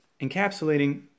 encapsulating